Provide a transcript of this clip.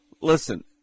listen